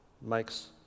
makes